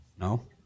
No